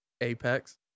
Apex